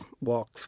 walk